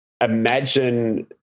imagine